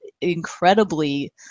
incredibly